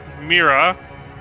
Mira